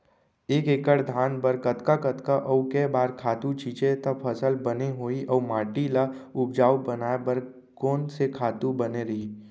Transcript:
एक एक्कड़ धान बर कतका कतका अऊ के बार खातू छिंचे त फसल बने होही अऊ माटी ल उपजाऊ बनाए बर कोन से खातू बने रही?